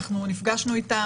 נפגשנו איתם,